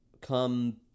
come